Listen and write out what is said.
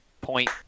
point